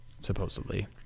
supposedly